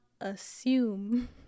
assume